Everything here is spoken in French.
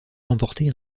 remporté